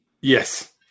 Yes